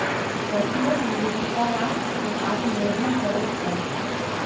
फसिलक विविधता राष्ट्र के आत्मनिर्भर करैत अछि